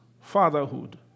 fatherhood